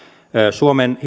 suomen